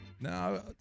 No